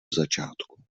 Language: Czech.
začátku